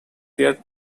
their